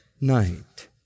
night